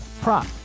prop